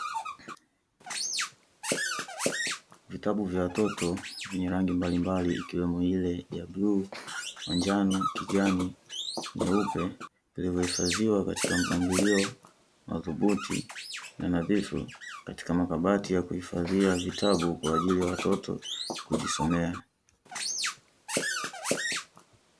Vitabu vya watoto vyenye rangi mbalimbali ikiwemo ile ya bluu, manjano, kijani, nyeupe vilivyohifadhiwa katika mpangilio madhubuti na nadhifu katika makabati ya kuhifadhia vitabu kwa ajili ya watoto kujisomea.